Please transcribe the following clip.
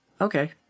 Okay